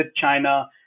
China